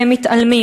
והם מתעלמים.